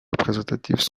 représentatifs